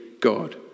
God